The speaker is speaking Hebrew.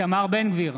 איתמר בן גביר,